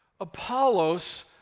Apollos